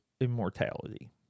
immortality